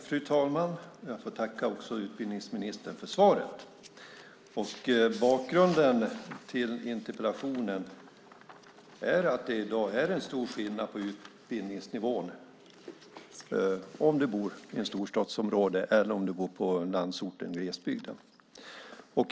Fru talman! Jag tackar utbildningsministern för svaret. Bakgrunden till interpellationen är att det i dag är en stor skillnad på utbildningsnivån om man bor i ett storstadsområde eller på landsorten, i glesbygd.